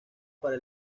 para